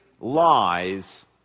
lies